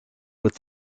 with